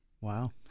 Wow